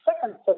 second